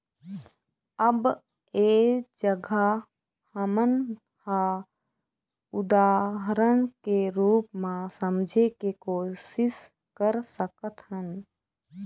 अब ऐ जघा हमन ह उदाहरन के रुप म समझे के कोशिस कर सकत हन